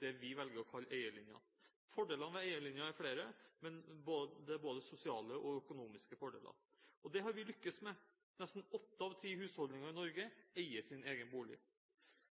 det vi velger å kalle eierlinja. Fordelene ved eierlinja er flere – det er både sosiale og økonomiske fordeler. Og det har vi lyktes med. Nesten åtte av ti husholdninger i Norge eier sin egen bolig.